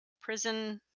prison